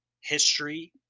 history